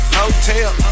hotel